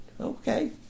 okay